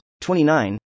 29